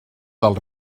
del